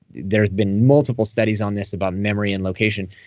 there's been multiple studies on this about memory and location.